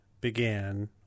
began